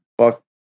fuck